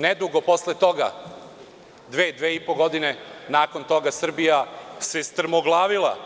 Nedugo posle toga, dve, dve i po godine nakon toga Srbija se strmoglavila